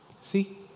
See